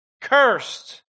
cursed